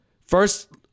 First